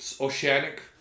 Oceanic